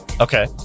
Okay